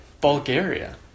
Bulgaria